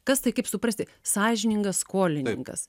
kas tai kaip suprasti sąžiningas skolininkas